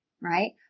right